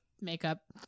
makeup